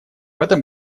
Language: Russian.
этом